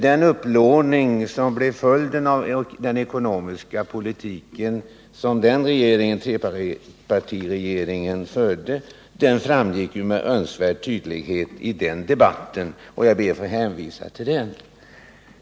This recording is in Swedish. Den upplåning som blev följden av den ekonomiska politik som trepartiregeringen förde framgick med önskvärd tydlighet i den debatten, och jag ber att få hänvisa till den.